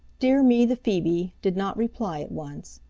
dear me the phoebe did not reply at once,